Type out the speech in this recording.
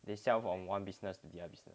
they sell from one business to the other business